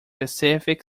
pacific